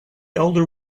elder